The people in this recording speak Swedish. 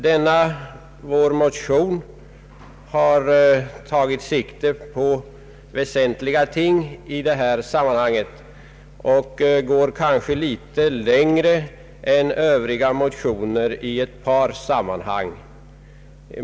Denna motion har tagit sikte på väsentliga ting och går litet längre än övriga motioner i ett par sammanhang.